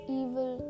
evil